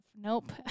Nope